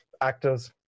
actors